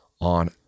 on